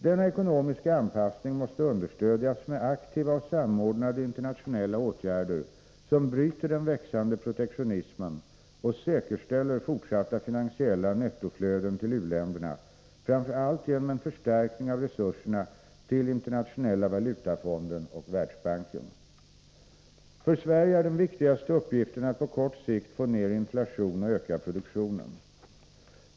Denna ekonomiska anpassning måste understödjas med aktiva och samordnade internationella åtgärder som bryter den växande protektionismen och säkerställer fortsatta finansiella nettoflöden till u-länderna, framför allt genom en förstärkning av resurserna till Internationella valutafonden och Världsbanken. För Sverige är den viktigaste uppgiften att på kort sikt få ner inflationen och öka produktionen.